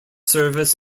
service